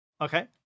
Okay